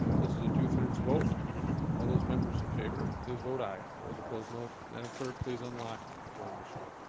this is a two-thirds vote all those members in favor. please vote aye those opposed no madam clerk. please unlock the voting machine